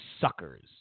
suckers